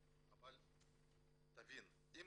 אבל תבין, אם